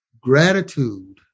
Gratitude